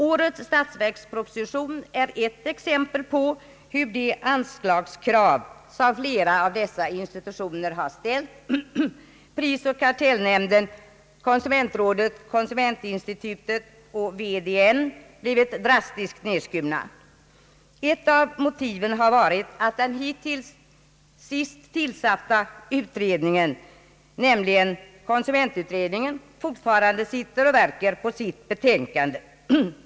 Årets statsverksproposition är ett exempel på hur de anslagskrav som flera av dessa institutioner ställt — prisoch kartellnämnden, konsumentrådet, konsumentinstitutet och VDN — har blivit drastiskt nedskurna. Ett av motiven har varit att den hittills senaste utredningen, nämligen konsumentutredningen, fortfarande sitter och värker på sitt betänkande.